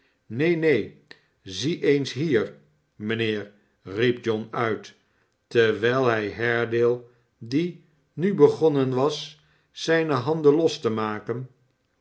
neen neen zie eens hier mijnheer riep john uit terwijl hij haredale die nu begonnenwas zijne handen los te maken